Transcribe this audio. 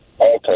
Okay